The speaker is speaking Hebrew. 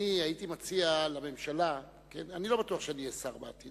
אני הייתי מציע לממשלה אני לא בטוח שאני אהיה שר בעתיד,